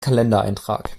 kalendereintrag